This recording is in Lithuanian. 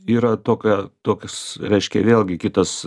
yra tokia toks reiškia vėlgi kitas